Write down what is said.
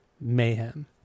mayhem